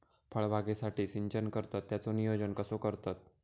फळबागेसाठी सिंचन करतत त्याचो नियोजन कसो करतत?